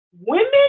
Women